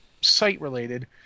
site-related